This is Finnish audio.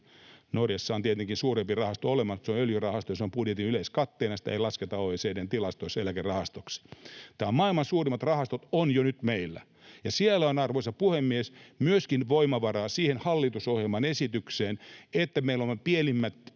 Norjassa on tietenkin suurempi rahasto olemassa, mutta se on öljyrahasto ja se on budjetin yleiskatteena ja sitä ei lasketa OECD:n tilastoissa eläkerahastoksi. Maailman suurimmat rahastot ovat jo nyt meillä, ja siellä on, arvoisa puhemies, myöskin voimavaraa siihen hallitusohjelman esitykseen, että pienimpiin